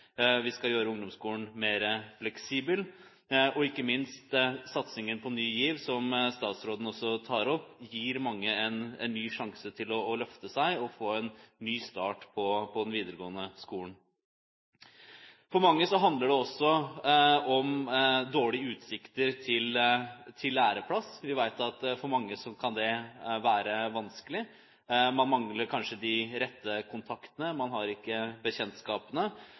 Vi skal gjøre ungdomsskolen mer fleksibel. Ikke minst gir satsingen på Ny GIV, som statsråden også tar opp, mange en ny sjanse til å løfte seg og få en ny start i den videregående skolen. For mange handler det også om dårlige utsikter til læreplass. Vi vet at for mange kan det være vanskelig. Man mangler kanskje de rette kontaktene, man har ikke bekjentskapene.